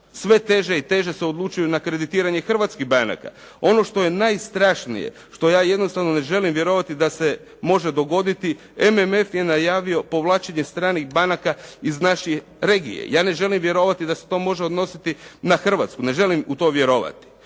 sve teže i teže se odlučuju na kreditiranje hrvatskih banaka. Ono što je najstrašnije što ja jednostavno ne želim vjerovati da se može dogoditi MMF je najavio povlačenje stranih banaka iz naše regije. Ja ne želim vjerovati da se to može odnositi na Hrvatsku, ne želim u to vjerovati.